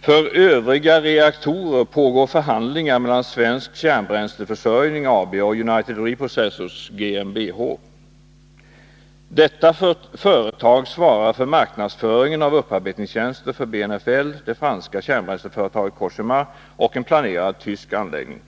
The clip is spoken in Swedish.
”För övriga reaktorer pågår förhandlingar mellan Svensk Kärnbränsleförsörjning AB och United Reprocessors Gmbh. Detta företag svarar för marknadsföringen av upparbetningstjänster för BNFL, det franska kärnbränsleföretaget COGEMA och en planerad tysk anläggning.